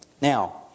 Now